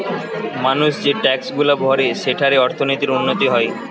মানুষ যে ট্যাক্সগুলা ভরে সেঠারে অর্থনীতির উন্নতি হয়